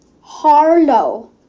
Harlow